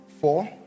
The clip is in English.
four